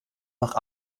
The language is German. nach